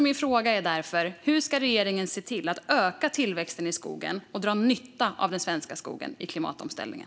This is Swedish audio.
Min fråga är därför: Hur ska regeringen se till att öka tillväxten i skogen och dra nytta av den svenska skogen i klimatomställningen?